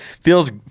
Feels